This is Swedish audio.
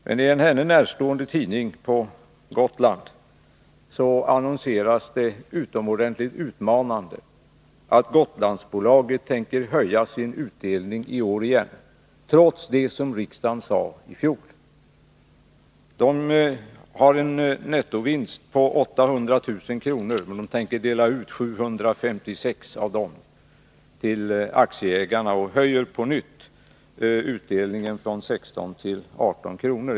Men i en henne närstående tidning på Gotland annonseras det utomordentligt utmanande att Gotlandsbolaget tänker höja utdelningen i år igen, trots vad riksdagen sade i fjol. Företaget har en nettovinst på 800 000 kr., och man tänker dela ut 756 000 därav till aktieägarna och på nytt höja utdelningen, från 16 kr. till 18 kr.